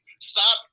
Stop